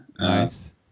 Nice